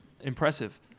Impressive